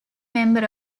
member